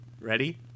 Ready